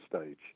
stage